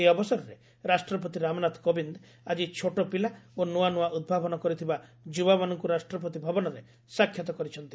ଏହି ଅବସରରେ ରାଷ୍ଟ୍ରପତି ରାମନାଥ କୋବିନ୍ଦ ଆଜି ଛୋଟ ପିଲା ଓ ନୂଆ ନୂଆ ଉଦ୍ଭାବନ କରିଥିବା ଯୁବାମାନଙ୍କୁ ରାଷ୍ଟ୍ରପତି ଭବନରେ ସାକ୍ଷାତ କରିଛନ୍ତି